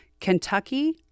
Kentucky